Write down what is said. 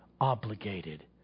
obligated